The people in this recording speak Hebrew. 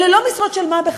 אלה לא משרות של מה בכך.